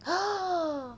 ah